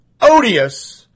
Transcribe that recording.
odious